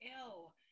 ill